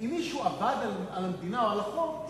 שאם מישהו עבד על המדינה או על החוק,